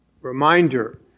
Reminder